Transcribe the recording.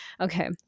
okay